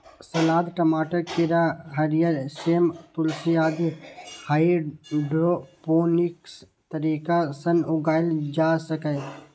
सलाद, टमाटर, खीरा, हरियर सेम, तुलसी आदि हाइड्रोपोनिक्स तरीका सं उगाएल जा सकैए